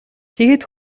тэгээд